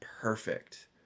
perfect